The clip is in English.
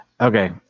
Okay